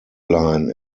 line